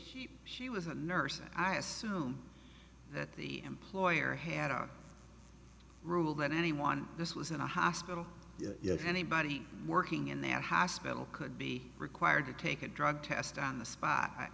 the she was a nurse and i assume that the employer had a rule that anyone this was in a hospital yet anybody working in the hospital could be required to take a drug test on the spot